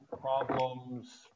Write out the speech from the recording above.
problems